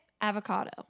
avocado